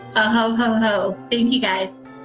um know you guys.